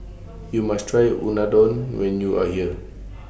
YOU must Try Unadon when YOU Are here